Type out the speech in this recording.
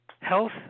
health